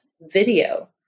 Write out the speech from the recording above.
video